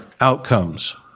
outcomes